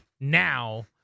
now